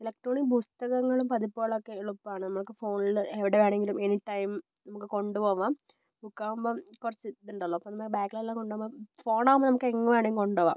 electronic പുസ്തകങ്ങളും പതിപ്പുകളൊക്കെ എളുപ്പമാണ് നമ്മൾക്ക് ഫോണിൽ എവിടെ വേണമെങ്കിലും എനി ടൈം നമുക്ക് കൊണ്ടുപോവാം ബുക്കാവുമ്പം കുറച്ച് ഇതുണ്ടല്ലോ അപ്പോൾ നമ്മളെ ബാഗിലെല്ലാം കൊണ്ടുപോകുമ്പം ഫോണാകുമ്പോൾ നമുക്ക് എങ്ങോട്ട് വേണമെങ്കിലും കൊണ്ടുപോവാം